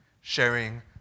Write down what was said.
sharing